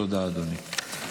תודה, אדוני.